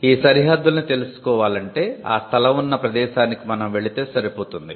ఈ సరిహద్దుల్ని తెలుసుకోవాలంటే ఆ స్థలం ఉన్న ప్రదేశానికి మనం వెళ్ళితే సరిపోతుంది